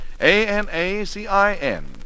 A-N-A-C-I-N